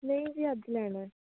ਨਹੀਂ ਜੀ ਅੱਜ ਲੈਣਾ